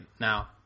now